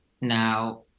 now